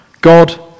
God